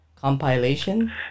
compilation